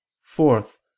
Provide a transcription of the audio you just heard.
fourth